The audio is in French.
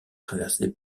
traversé